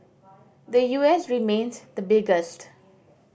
the U S remained the biggest